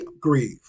grieve